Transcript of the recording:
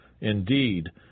Indeed